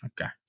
Okay